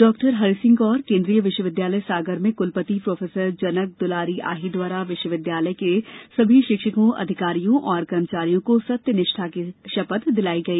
डॉ हरिसिंह गौर केंद्रीय विवि सागर में कुलपति प्रोफेसर जनक दुलारी आही द्वारा विश्वविद्यालय के समस्त शिक्षकों अधिकारियों एवं कर्मचारियों को सत्य निष्ठा की शपथ दिलाई गई